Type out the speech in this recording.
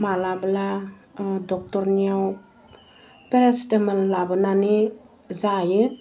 मालाब्ला डक्टरनियाव पेरासिटामल लाबोनानै जायो